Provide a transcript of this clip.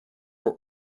for